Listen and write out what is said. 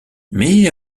mais